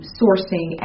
sourcing